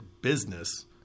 business